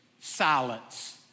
silence